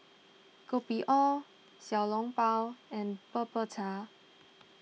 Kopi O Xiao Long Bao and Bubur Cha